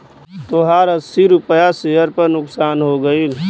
तोहार अस्सी रुपैया पर सेअर नुकसान हो गइल